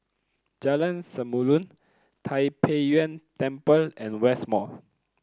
Jalan Samulun Tai Pei Yuen Temple and West Mall